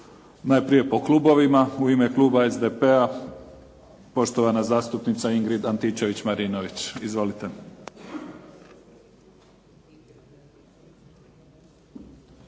Najprije po klubovima. U ime kluba SDP-a, poštovana zastupnica Ingrid Antičević-Marinović. Izvolite.